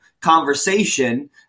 conversation